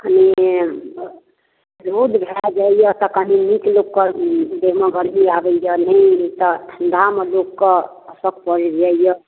कनिए रौद भए जायत तऽ कनि नीक लोकके देहमे गर्मी आबैए नहितऽ ठण्डामे लोकके अकछ पड़ि जाइए